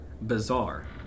bizarre